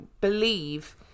believe